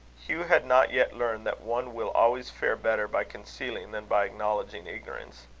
hugh had not yet learned that one will always fare better by concealing than by acknowledging ignorance.